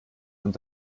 und